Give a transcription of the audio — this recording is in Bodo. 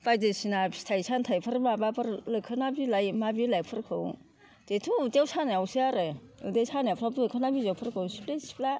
बायदिसिना फिथाइ सामथाइफोर माबाफोर लोखोना बिलाइ मा बिलाइफोरखौ बिथ' उदै सानायावसो आरो उदै सानायफोराव मोखोना बिलाइफोरखौ सिफ्ले सिफ्ला